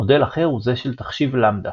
מודל אחר הוא זה של תחשיב למדא.